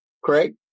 Craig